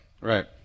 Right